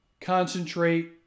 concentrate